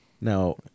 Now